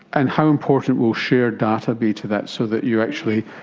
and how important will shared data be to that, so that you actually,